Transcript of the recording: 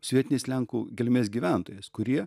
su vietiniais lenkų kilmės gyventojais kurie